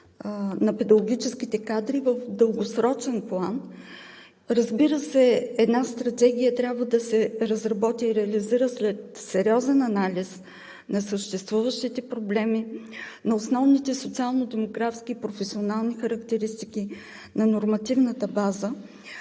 на педагогическите кадри в дългосрочен план. Разбира се, една стратегия трябва да се разработи и реализира след сериозен анализ на съществуващите проблеми, на основните социално-демографски и професионални характеристики, на нормативната база.